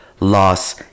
Loss